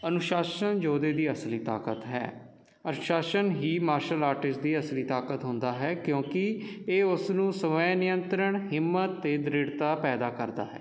ਅਨੁਸ਼ਾਸਨ ਯੋਧੇ ਦੀ ਅਸਲੀ ਤਾਕਤ ਹੈ ਅਨੁਸ਼ਾਸਨ ਹੀ ਮਾਰਸ਼ਲ ਆਰਟਿਸਟ ਦੀ ਅਸਲੀ ਤਾਕਤ ਹੁੰਦਾ ਹੈ ਕਿਉਂਕਿ ਇਹ ਉਸ ਨੂੰ ਸਵੈ ਨਿਯੰਤਰਣ ਹਿੰਮਤ ਅਤੇ ਦ੍ਰਿੜਤਾ ਪੈਦਾ ਕਰਦਾ ਹੈ